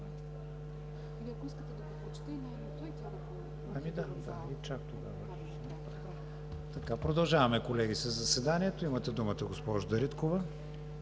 продължаваме със заседанието. Имате думата, госпожо Дариткова.